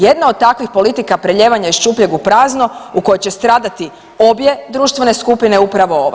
Jedna od takvih politika prelijevanja iz šupljeg u prazno u kojoj će stradati obje društvene skupine upravo ova.